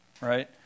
right